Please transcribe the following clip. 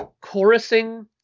chorusing